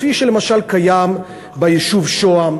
כפי שלמשל קיים ביישוב שוהם.